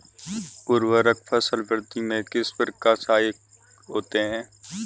उर्वरक फसल वृद्धि में किस प्रकार सहायक होते हैं?